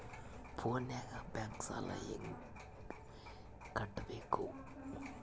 ಫೋನಿನಾಗ ಬ್ಯಾಂಕ್ ಸಾಲ ಹೆಂಗ ಕಟ್ಟಬೇಕು?